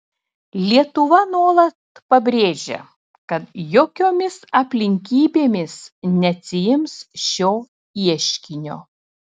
lietuva nuolat pabrėžia kad jokiomis aplinkybėmis neatsiims šio ieškinio